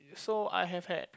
so I have had